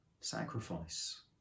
sacrifice